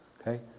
Okay